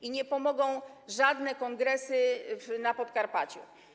I nie pomogą żadne kongresy na Podkarpaciu.